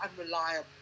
unreliable